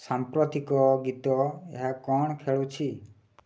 ସାମ୍ପ୍ରତିକ ଗୀତ ଏହା କ'ଣ ଖେଳୁଛି